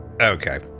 Okay